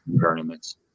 tournaments